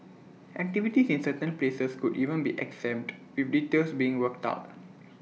activities in certain places could even be exempt with details being worked out